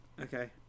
Okay